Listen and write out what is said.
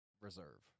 reserve